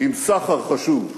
עם סחר חשוב,